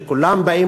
שכולם באים